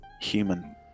human